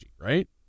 right